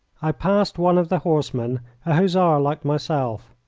i passed one of the horsemen a hussar like myself.